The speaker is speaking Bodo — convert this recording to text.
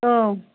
औ